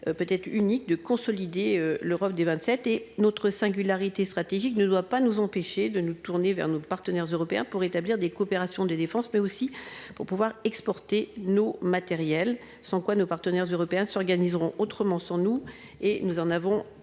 Peut-être unique de consolider l'Europe des 27 et notre singularité stratégique ne doit pas nous empêcher de nous tourner vers nos partenaires européens pour établir des coopérations de défense mais aussi pour pouvoir exporter nos matériels sont quoi. Nos partenaires européens s'organiseront autrement sans nous et nous en avons